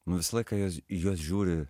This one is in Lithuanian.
nu visą laiką į jos į juos žiūri